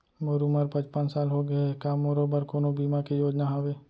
मोर उमर पचपन साल होगे हे, का मोरो बर कोनो बीमा के योजना हावे?